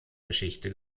geschichte